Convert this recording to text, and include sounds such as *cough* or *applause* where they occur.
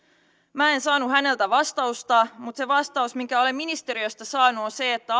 minä en saanut häneltä vastausta mutta se vastaus minkä olen ministeriöstä saanut on se että *unintelligible*